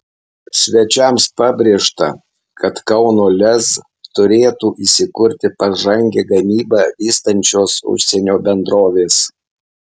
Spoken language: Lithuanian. svečiams pabrėžta kad kauno lez turėtų įsikurti pažangią gamybą vystančios užsienio bendrovės